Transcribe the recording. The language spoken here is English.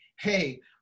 hey